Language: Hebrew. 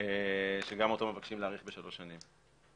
שגם אותו מבקשים להאריך בשלוש שנים.